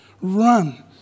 Run